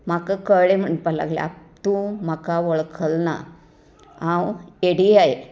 म्हाका कळ्ळें म्हणपाक लागली तूं म्हाका वळखली ना हांव एडिआय